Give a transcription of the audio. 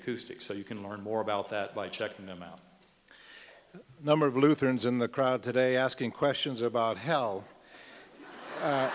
acoustics so you can learn more about that by checking them out number of lutherans in the crowd today asking questions about hell